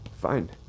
Fine